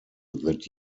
that